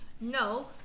no